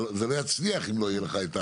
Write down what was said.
זה לא יצליח, אם זה לא יהיה לך.